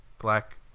black